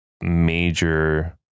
major